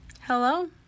Hello